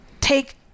take